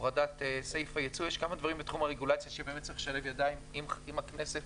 הורדת סעיף הייצוא שצריך לשלב ידיים עם הכנסת